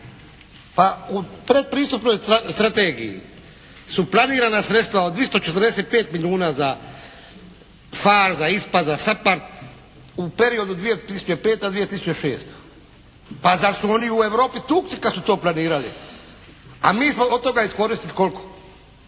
pa u pretpristupnoj strategiji su planirana sredstva od 245 milijuna za PHARE, za ISPA, za SAPARD u periodu 2005.-2006. Pa zar su oni u Europi tukci kad su to planirali. A mi smo od toga iskoristili koliko,